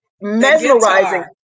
mesmerizing